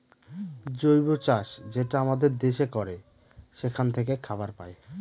জৈব চাষ যেটা আমাদের দেশে করে সেখান থাকে খাবার পায়